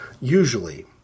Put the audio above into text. Usually